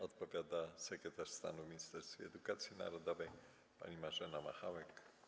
Odpowiada sekretarz stanu w Ministerstwie Edukacji Narodowej pani Marzena Machałek.